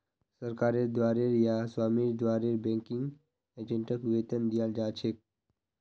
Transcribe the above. सरकारेर द्वारे या स्वामीर द्वारे बैंकिंग एजेंटक वेतन दियाल जा छेक